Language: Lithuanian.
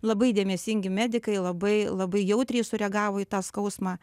labai dėmesingi medikai labai labai jautriai sureagavo į tą skausmą